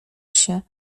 się